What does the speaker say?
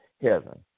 heaven